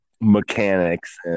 mechanics